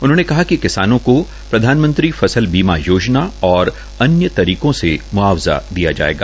उन्होंने कहा कि किसानों को प्रधानमंत्री फसल बीमा योजना और अन्य तरीकों से मुआवजा दिया जायेगा